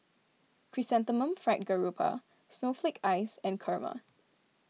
Chrysanthemum Fried Garoupa Snowflake Ice and Kurma